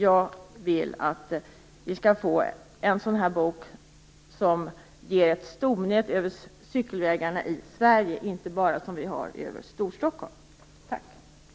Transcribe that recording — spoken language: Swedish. Jag vill att vi skall få till stånd ett stomnät över cykelvägarna i Sverige, ungefär som cykelvägnätet på den cykelkarta över Storstockholm som jag nu visar upp.